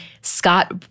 Scott